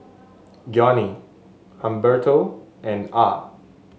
Johnny Humberto and Ah